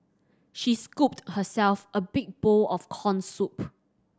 she scooped herself a big bowl of corn soup